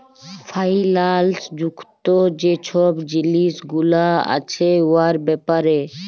ফাইল্যাল্স যুক্ত যে ছব জিলিস গুলা আছে উয়ার ব্যাপারে